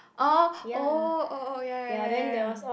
oh oh oh oh ya ya ya ya ya